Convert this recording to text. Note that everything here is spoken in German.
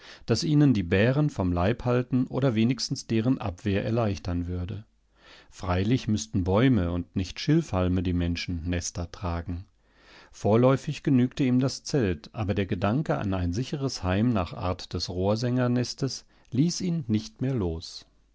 das ihnen die bären vom leib halten oder wenigstens deren abwehr erleichtern würde freilich müßten bäume und nicht schilfhalme die menschen nester tragen vorläufig genügte ihm das zelt aber der gedanke an ein sicheres heim nach art des rohrsängernestes ließ ihn nicht mehr los